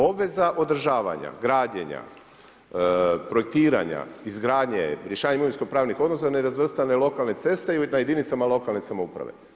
Obveza održavanja, građenja, projektiranje, izgradnje, rješavanja imovinsko-pravnih odnosa nerazvrstane lokalne ceste i na jedinicama lokalne samouprave.